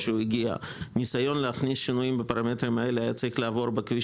בעצם להעמיס אותו בפרטים טכניים וגם בגלל